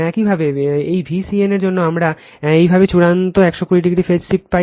একইভাবে এই Vcn এর জন্য আমরা একইভাবে চূড়ান্ত 120o ফেজ শিফট পাই